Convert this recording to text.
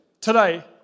today